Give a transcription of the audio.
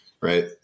right